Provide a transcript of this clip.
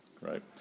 right